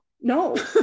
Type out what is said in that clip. no